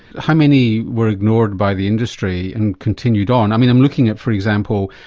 how many were ignored by the industry and continued on? i'm i'm looking at, for example,